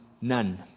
none